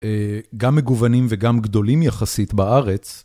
גם מגוונים וגם גדולים יחסית בארץ.